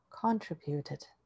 contributed